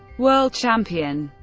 world champion